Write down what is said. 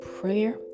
prayer